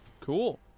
Cool